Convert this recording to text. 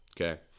okay